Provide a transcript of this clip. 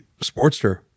Sportster